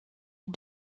est